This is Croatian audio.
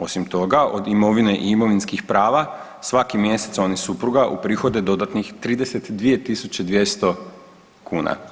Osim toga od imovine i imovinskih prava svaki mjesec on i supruga uprihode dodatnih 32.200 kuna.